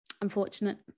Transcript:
unfortunate